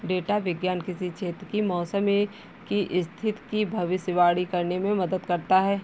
data विज्ञान किसी क्षेत्र की मौसम की स्थिति की भविष्यवाणी करने में मदद करता है